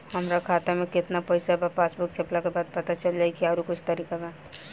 हमरा खाता में केतना पइसा बा पासबुक छपला के बाद पता चल जाई कि आउर कुछ तरिका बा?